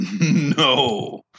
No